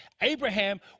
abraham